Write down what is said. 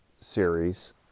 series